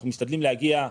אנחנו משתדלים להגיע.